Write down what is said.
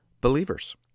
believers